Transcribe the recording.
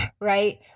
right